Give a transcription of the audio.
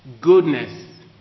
goodness